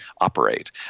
operate